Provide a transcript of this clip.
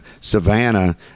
Savannah